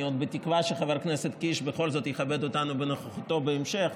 אני עוד בתקווה שחבר הכנסת קיש בכל זאת יכבד אותנו בנוכחותו בהמשך.